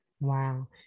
Wow